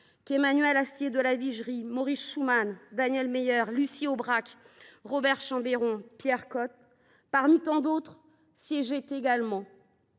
Emmanuel d’Astier de La Vigerie, Maurice Schumann, Daniel Mayer, Lucie Aubrac, Robert Chambeiron, Pierre Cot et tant d’autres, siégeaient